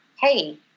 hey